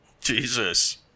Jesus